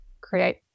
create